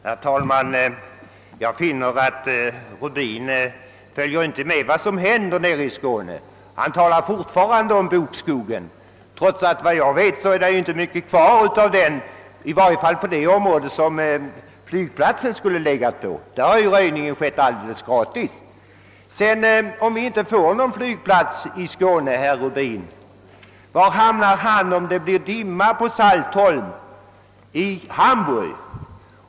Herr talman! Herr Rubin tycks inte följa med vad som händer nere i Skåne. Han talar fortfarande om bokskogen, trots att, efter vad jag vet, det inte finns så mycket kvar av den, i varje fall inte i det område där flygplatsen enligt tidigare förslag skulle ligga. I det området har röjningen skett alldeles gratis. Var hamnar herr Rubin, om det inte blir någon flygplats i Skåne och det skulle vara dimma på Saltholm? Jo, i Hamburg!